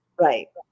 Right